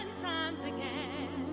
times again